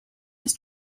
his